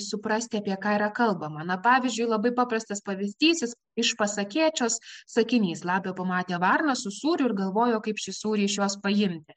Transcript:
suprasti apie ką yra kalbama na pavyzdžiui labai paprastas pavyzdys iš pasakėčios sakinys lapė pamatė varną su sūriu ir galvojo kaip šį sūrį iš jos paimti